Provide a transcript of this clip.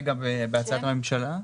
בבקשה.